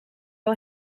wel